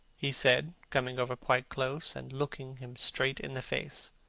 he said, coming over quite close and looking him straight in the face,